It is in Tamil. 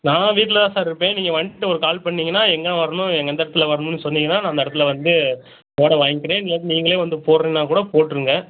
நான் வீட்டில் தான் சார் இருப்பேன் நீங்கள் வந்துட்டு ஒரு கால் பண்ணீங்கன்னால் எங்கே நான் வரணும் எந்த இடத்துல வரணும்னு சொன்னீங்கன்னால் நான் அந்த இடத்துல வந்து போட வாங்கிக்கிறேன் இல்லாட்டி நீங்களே வந்து போடுறேன்னாக் கூடப் போட்டுருங்க